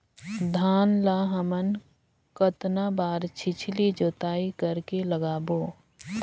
धान ला हमन कतना बार छिछली जोताई कर के लगाबो?